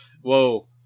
Whoa